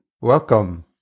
Welcome